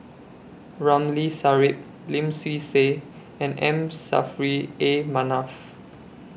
Ramli Sarip Lim Swee Say and M Saffri A Manaf